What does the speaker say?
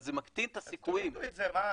זה מקטין את הסיכויים --- אז תורידו את זה --- לא,